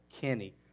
Kenny